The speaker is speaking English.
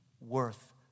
worth